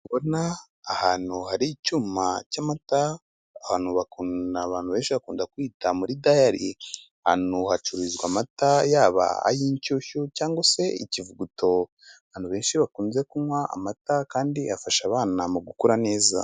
Ahantu hari icyuma cy'amata ahantu abantu benshi bakunda kwita muri daharire hacururizwa amata yaba ay'inshyushyu cyangwa se ikivuguto abantu benshi bakunze kunywa amata kandi afasha abana mu gukura neza.